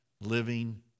living